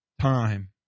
time